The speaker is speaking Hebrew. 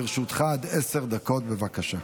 לרשותך עד עשר דקות, בבקשה.